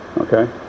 okay